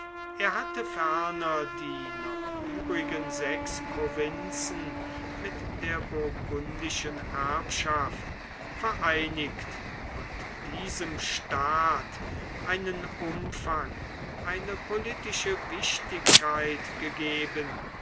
er hatte ferner die noch übrigen sechs provinzen mit der burgundischen erbschaft vereinigt und diesem staat einen umfang eine politische wichtigkeit gegeben